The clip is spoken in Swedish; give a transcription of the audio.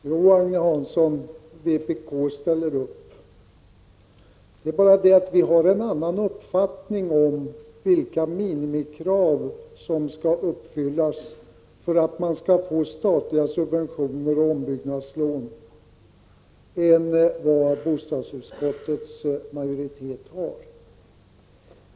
Herr talman! Jo, Agne Hansson, vpk ställer visst upp på detta. Det är bara det att vi har en annan uppfattning än utskottets majoritet om vilka minimikrav som skall gälla för att statliga subventioner och ombyggnadslån skall kunna beviljas.